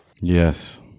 Yes